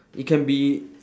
it can be